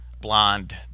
blonde